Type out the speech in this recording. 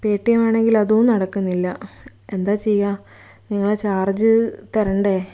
Paytm ആണെങ്കിൽ അതും നടക്കുന്നില്ല എന്താണ് ചെയ്യുക നിങ്ങളെ ചാർജ്ജ് തരണ്ടേ